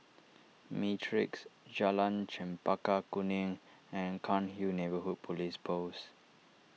Matrix Jalan Chempaka Kuning and Cairnhill Neighbourhood Police Post